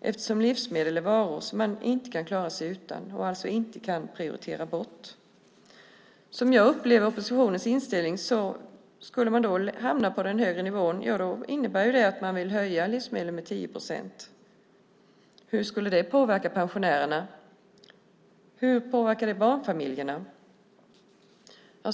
eftersom livsmedel är varor som man inte kan klara sig utan och alltså inte kan prioritera bort. Om man skulle hamna på den högre nivån upplever jag att oppositionens inställning är att man vill höja livsmedelspriserna med 10 procent. Hur skulle det påverka pensionärerna och barnfamiljerna?